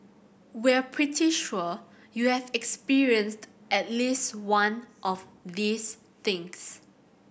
we're pretty sure you have experienced at least one of these things